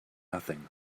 nothing